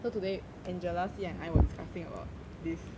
so today angela see and I were discussing about this